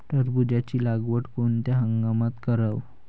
टरबूजाची लागवड कोनत्या हंगामात कराव?